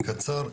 קצר,